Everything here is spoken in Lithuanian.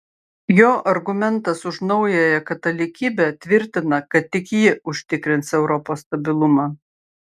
jo argumentas už naująją katalikybę tvirtina kad tik ji užtikrins europos stabilumą